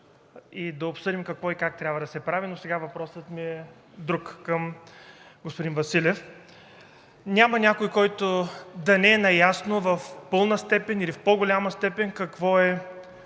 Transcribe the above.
и да обсъдим какво и как трябва да се прави, но сега въпросът ми към господин Василев е друг. Няма някой, който да не е наясно в пълна степен или в по-голяма степен какво е